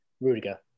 Rudiger